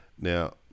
now